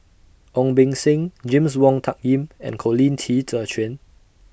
Ong Beng Seng James Wong Tuck Yim and Colin Qi Zhe Quan